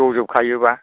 दंजोबखायोब्ला